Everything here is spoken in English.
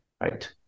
right